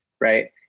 right